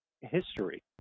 history